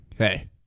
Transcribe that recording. Hey